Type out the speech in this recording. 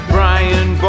Brian